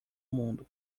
mundo